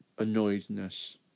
annoyedness